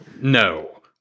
no